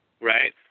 Right